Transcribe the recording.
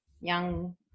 young